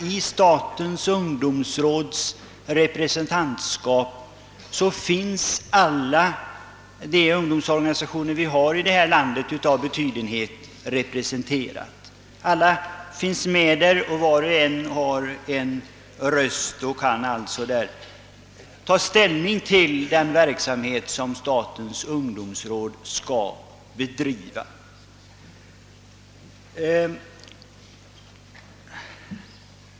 I ungdomsrådets representantskap är nämligen alla landets ungdomsorganisationer av någon betydenhet representerade. Varje organisation har en röst och kan alltså i ungdomsrådet ta ställning till den verksamhet som där skall bedrivas.